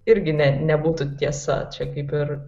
irgi ne nebūtų tiesa čia kaip ir